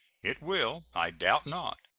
it will, i doubt not,